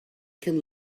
can